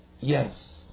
Yes